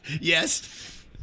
Yes